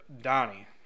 Donnie